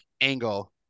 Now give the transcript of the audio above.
angle